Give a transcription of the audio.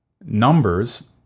Numbers